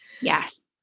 Yes